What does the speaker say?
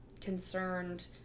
concerned